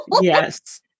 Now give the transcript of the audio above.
yes